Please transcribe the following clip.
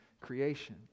creation